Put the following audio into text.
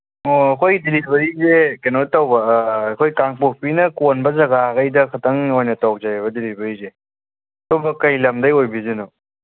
ꯑꯣ ꯑꯩꯈꯣꯏ ꯗꯤꯂꯤꯚꯔꯤꯁꯦ ꯀꯩꯅꯣ ꯇꯧꯕ ꯑꯩꯈꯣꯏ ꯀꯥꯡꯞꯣꯛꯄꯤꯅ ꯀꯣꯟꯕ ꯖꯒꯥ ꯃꯈꯩꯗꯈꯛꯇꯪ ꯑꯣꯏꯅ ꯇꯧꯖꯩꯌꯦꯕ ꯗꯤꯂꯤꯚꯔꯤꯁꯦ ꯁꯣꯝꯕꯨ ꯀꯔꯤ ꯂꯝꯗꯒꯤ ꯑꯣꯏꯕꯤꯗꯣꯏꯅꯣ